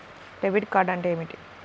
Debit card అంటే ఏమిటి?